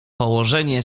położenie